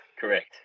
correct